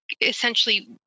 essentially